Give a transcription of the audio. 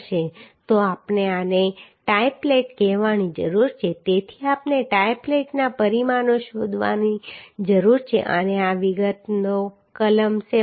તો આપણે આને ટાઈ પ્લેટ કહેવાની જરૂર છે તેથી આપણે ટાઈ પ્લેટના પરિમાણો શોધવાની જરૂર છે અને આ વિગતો કલમ 7